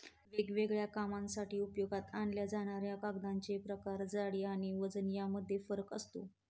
वेगवेगळ्या कामांसाठी उपयोगात आणल्या जाणाऱ्या कागदांचे प्रकार, जाडी आणि वजन यामध्ये फरक असतो